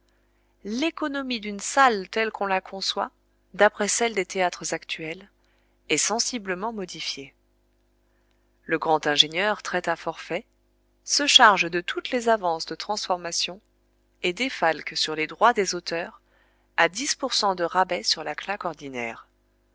l'économie d'une salle telle qu'on la conçoit d'après celle des théâtres actuels est sensiblement modifiée le grand ingénieur traite à forfait se charge de toutes les avances de transformation et défalque sur les droits des auteurs à de rabais sur la claque ordinaire